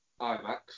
IMAX